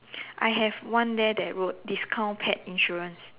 I have one there that wrote discount pet insurance